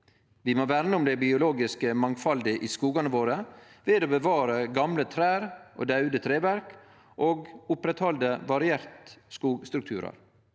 Vi må verne om det biologiske mangfaldet i skogane våre ved å bevare gamle trær og daude treverk og oppretthalde varierte skogstrukturar.